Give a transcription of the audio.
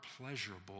pleasurable